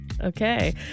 Okay